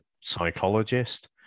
psychologist